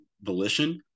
volition